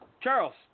Charles